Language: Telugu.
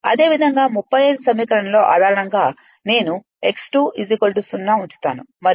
అదేవిధంగా 35 సమీకరణంలో ఆధారంగా నేను x 2 0 ను ఉంచుతాను మరియు అంతే